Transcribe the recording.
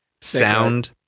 sound